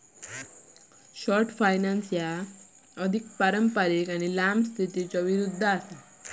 short finance ह्या अधिक पारंपारिक लांब स्थितीच्यो विरुद्ध असा